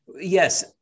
yes